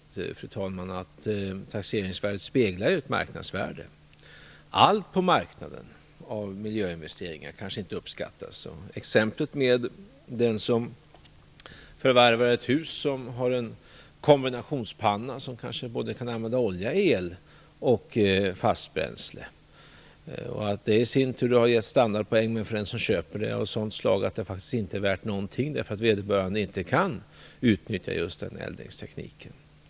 Taxeringsvärdet speglar ju ett marknadsvärde. Alla miljöinvesteringar kanske inte uppskattas på marknaden. Som exempel kan jag nämna den som förvärvar ett hus som har en kombinationspanna där man kan använda både olja och el samt fast bränsle men som gett för den som köper den standardpoäng av sådant slag att det inte är värt någonting, därför att vederbörande inte kan utnyttja den eldningstekniken.